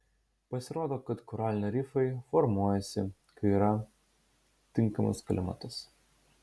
pasirodo kad koraliniai rifai formuojasi kai yra tinkamas klimatas